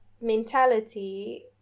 mentality